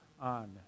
on